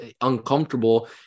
uncomfortable